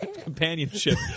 companionship